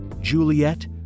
Juliet